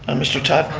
and mr todd.